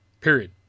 Period